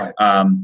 Right